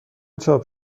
چاپ